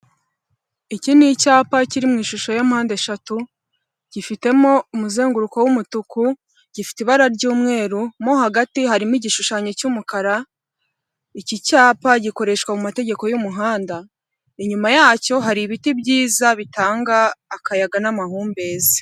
Iki ni icyapa kiri mu ishusho ya mpande eshatu, gifitemo umuzenguruko w'umutuku, gifite ibara ry'umweru, mo hagati harimo igishushanyo cy'umukara, iki cyapa gikoreshwa mu mategeko y'umuhanda, inyuma yacyo hari ibiti byiza bitanga akayaga n'amahumbezi.